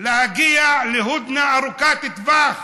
להגיע להודנה ארוכת טווח,